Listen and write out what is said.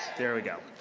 there we go.